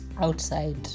outside